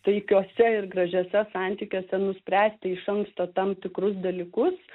taikiuose ir gražiuose santykiuose nuspręsti iš anksto tam tikrus dalykus